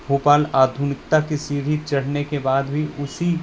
भोपाल आधुनिकता की सीढ़ी चढ़ने के बाद भी उसी